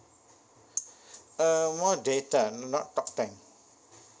uh more data not talk time